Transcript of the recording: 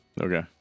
Okay